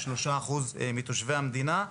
הנגב, 3% מתושבי המדינה.